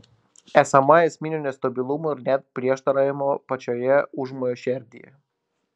esama esminio nestabilumo ir net prieštaravimo pačioje užmojo šerdyje